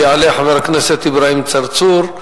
יעלה חבר הכנסת אברהים צרצור,